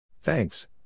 Thanks